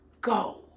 go